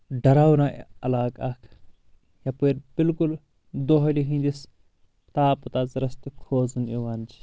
ڈراونا علاقہٕ اکھ یپٲرۍ بالکُل دۄہلہِ ہنٛدِس تاپہٕ تژرس تہِ کھوژُن یِوان چھُ